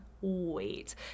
wait